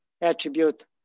attribute